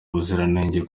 ubuziranenge